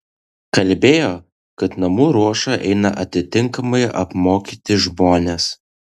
kalbėjo kad namų ruošą eina atitinkamai apmokyti žmonės